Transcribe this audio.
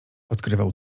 odkrywał